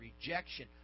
rejection